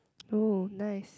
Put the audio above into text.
oh nice